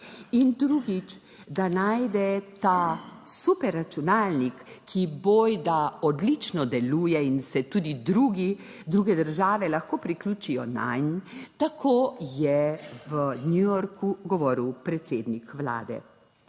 In drugič, da najde ta superračunalnik, ki bojda odlično deluje in se tudi drugi, druge države lahko priključijo nanj, tako je v New Yorku govoril predsednik vlade.